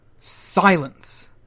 silence